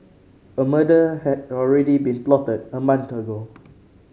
a murder had already been plotted a month ago